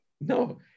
No